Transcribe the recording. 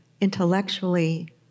intellectually